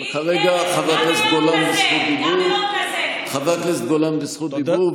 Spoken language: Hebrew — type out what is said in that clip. אבל כרגע חבר הכנסת גולן בזכות דיבור,